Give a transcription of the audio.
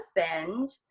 husband